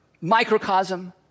microcosm